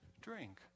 drink